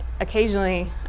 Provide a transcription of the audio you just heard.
occasionally